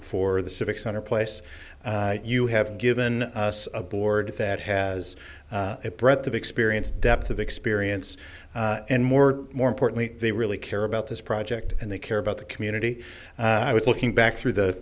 for the civic center place you have given us a board that has a breadth of experience depth of experience and more more importantly they really care about this project and they care about the community i was looking back through the